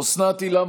אוסנת הילה